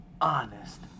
Honest